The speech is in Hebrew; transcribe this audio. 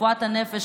רפואת הנפש,